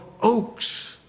oaks